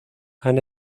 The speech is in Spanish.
han